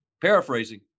paraphrasing